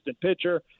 pitcher